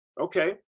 okay